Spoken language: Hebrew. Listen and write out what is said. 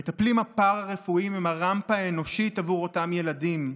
המטפלים הפארה-רפואיים הם הרמפה האנושית עבור אותם ילדים,